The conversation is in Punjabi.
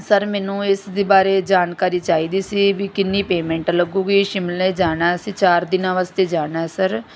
ਸਰ ਮੈਨੂੰ ਇਸ ਦੇ ਬਾਰੇ ਜਾਣਕਾਰੀ ਚਾਹੀਦੀ ਸੀ ਵੀ ਕਿੰਨੀ ਪੇਮੈਂਟ ਲੱਗੇਗੀ ਸ਼ਿਮਲੇ ਜਾਣਾ ਅਸੀਂ ਚਾਰ ਦਿਨਾਂ ਵਾਸਤੇ ਜਾਣਾ ਸਰ